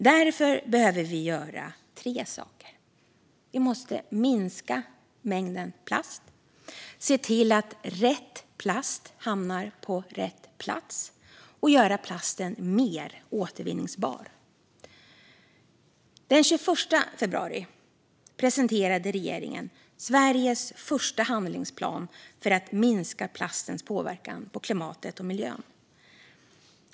Därför behöver vi göra tre saker. Vi måste minska mängden plast, se till att rätt plast hamnar på rätt plats och göra plasten mer återvinningsbar. Den 21 februari presenterade regeringen Sveriges första handlingsplan för att minska plastens påverkan på klimatet och miljön.